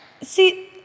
See